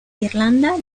irlanda